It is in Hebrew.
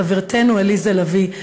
חברתנו עליזה לביא,